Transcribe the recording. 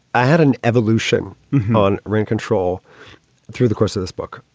i had an evolution on rent control through the course of this book.